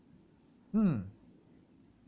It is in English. mm